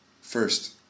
First